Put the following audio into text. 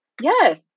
Yes